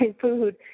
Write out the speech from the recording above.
food